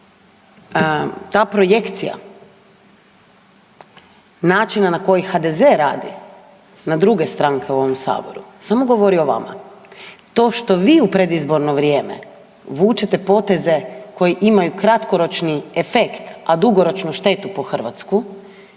ta projekcija načina na koji HDZ radi na druge stranke u ovom Saboru, samo govori o vama. To što vi u predizborno vrijeme vučete poteze koji imaju kratkoročni efekt, a dugoročno štetu po Hrvatsku,